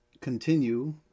continue